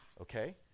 okay